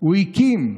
הוא הקים.